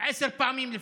עשר פעמים לפחות.